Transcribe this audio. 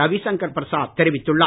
ரவிசங்கர் பிரசாத் தெரிவித்துள்ளார்